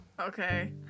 Okay